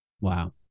Wow